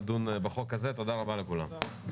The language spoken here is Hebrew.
לכולם.